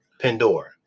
Pandora